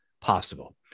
possible